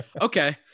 okay